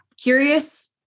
curious